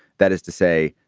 that is to say,